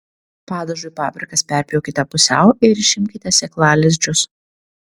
padažui paprikas perpjaukite pusiau ir išimkite sėklalizdžius